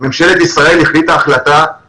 כל האחרים, שגם